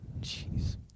Jeez